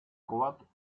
croates